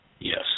Yes